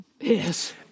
Yes